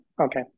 Okay